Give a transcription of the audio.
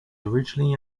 originally